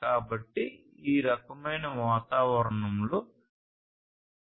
కాబట్టి ఈ రకమైన వాతావరణంలో 802